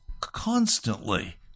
constantly